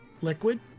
liquid